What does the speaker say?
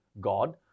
God